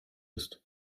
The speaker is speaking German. ist